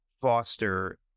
foster